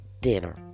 dinner